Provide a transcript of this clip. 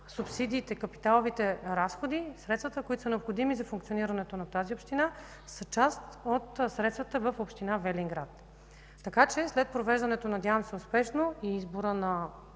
субсидията, капиталовите разходи, средствата, необходими за функционирането на тази община, са част от средствата на община Велинград. След провеждането, надявам се, успешно, на избора на